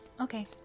Okay